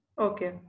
Okay